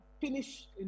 finish